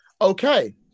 Okay